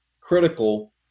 critical